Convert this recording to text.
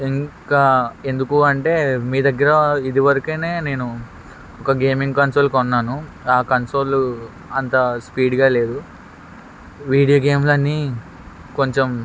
ఇం కా ఎందుకు అంటే మీ దగ్గర ఇది వరకనే నేను ఒక గేమింగ్ కన్సోల్ కొన్నాను ఆ కన్సోలు అంత స్పీడ్గా లేదు వీడియో గేమ్లన్నీ కొంచెం